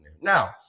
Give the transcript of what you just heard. Now